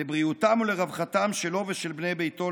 לבריאותם ולרווחם שלו ושל בני ביתו,